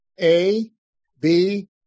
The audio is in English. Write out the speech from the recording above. A-B